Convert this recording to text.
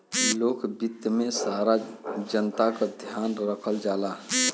लोक वित्त में सारा जनता क ध्यान रखल जाला